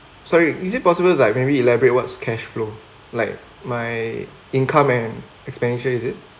sorry is it possible like maybe elaborate what's cash flow like my income and expenditure is it